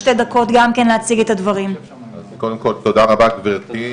תודה רבה לגבירתי.